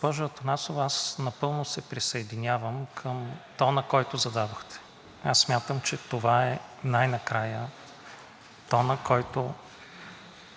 аз напълно се присъединявам към тона, който зададохте. Аз смятам, че това най-накрая е тонът, който